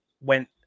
went